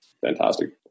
fantastic